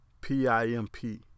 P-I-M-P